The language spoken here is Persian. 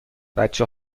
بچه